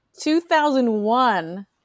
2001